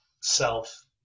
self